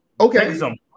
Okay